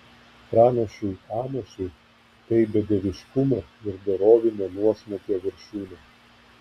pranašui amosui tai bedieviškumo ir dorovinio nuosmukio viršūnė